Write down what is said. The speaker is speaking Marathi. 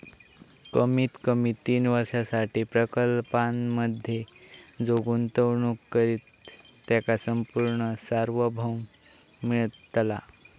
कमीत कमी तीन वर्षांसाठी प्रकल्पांमधे जो गुंतवणूक करित त्याका संपूर्ण सार्वभौम मिळतला